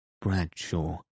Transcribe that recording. Bradshaw